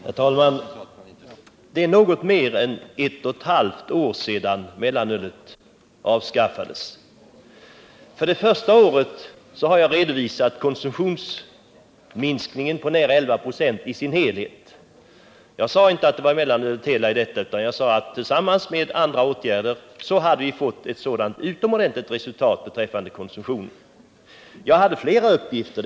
Herr talman! Det är något mer än ett och ett halvt år sedan mellanölet avskaffades. För det första året har jag redovisat konsumtionsminskningen på nära 11 26 i sin helhet. Jag sade inte att det var enbart mellanöl som orsakade detta, utan jag sade att tillsammans med andra åtgärder hade vi fått ett sådant utomordentligt resultat beträffande konsumtionen. Jag har flera uppgifter.